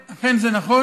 אכן, זה נכון.